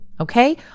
okay